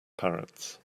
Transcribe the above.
parrots